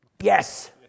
Yes